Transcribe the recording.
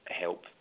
help